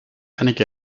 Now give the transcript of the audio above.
einige